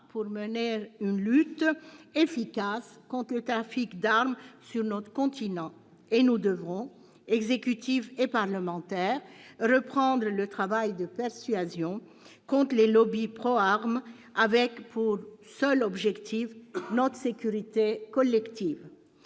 pour mener une lutte efficace contre le trafic d'armes sur notre continent. Nous devrons, exécutif et parlementaires, reprendre le travail de persuasion contre les lobbies « proarmes » avec, pour seul objectif, notre sécurité collective.